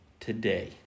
today